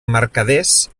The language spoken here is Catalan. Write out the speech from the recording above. mercaders